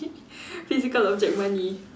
physical object money